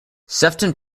sefton